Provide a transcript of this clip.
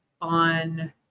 on